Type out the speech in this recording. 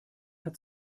hat